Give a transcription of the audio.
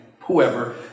whoever